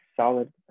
solid